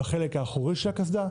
בחלק האחורי של הקסדה?